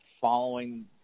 following